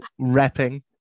repping